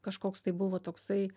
kažkoks tai buvo toksai